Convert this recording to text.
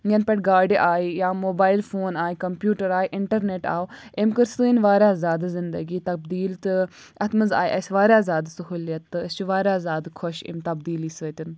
یَنہٕ پٮ۪ٹھ گاڑِ آیہِ یا موبایل فون آیہِ کَمپیوٗٹَر آیہِ اِنٹَرنیٚٹ آو أمۍ کٔر سٲنۍ واریاہ زیادٕ زِندَگی تَبدیٖل تہٕ اَتھ منٛز آیہِ اَسہِ واریاہ زیادٕ سہوٗلیت تہٕ أسۍ چھِ واریاہ زیادٕ خۄش امہِ تَبدیٖلی سۭتۍ